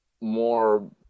more